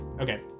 okay